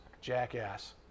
jackass